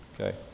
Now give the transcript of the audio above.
Okay